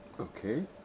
Okay